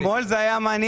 אתמול היה מעניין,